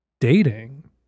dating